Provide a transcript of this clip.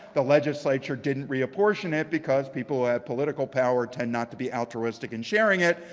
the legislature didn't reapportionment, because people who have political power tend not to be altruistic in sharing it,